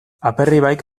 aperribaik